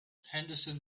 henderson